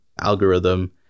algorithm